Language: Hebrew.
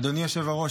אדוני היושב-ראש,